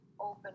open